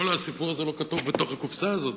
כל הסיפור הזה לא כתוב בתוך הקופסה הזאת,